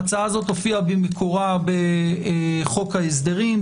ההצעה הזאת הופיעה במקורה בחוק ההסדרים,